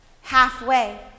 halfway